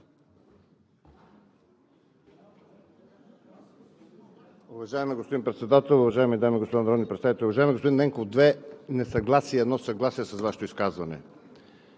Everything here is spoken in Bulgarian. Уважаеми господин Председател, уважаеми дами и господа народни представители! Уважаеми господин Ненков, две несъгласия и едно съгласие с Вашето изказване.